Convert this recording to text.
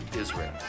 Israel